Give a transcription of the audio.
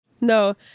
No